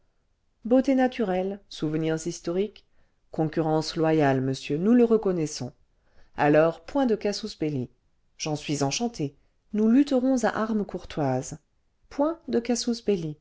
beautés naturelles souvenirs historiques concurrence loyale monsieur nous le reconnaissons alors point de ca sus belli j'en suis enchanté nous lutterons à armes courtoises point de casus